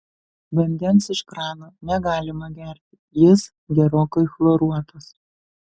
vandens iš krano negalima gerti jis gerokai chloruotas